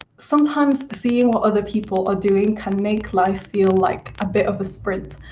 sometimes, seeing what other people are doing can make life feel like a bit of a sprint.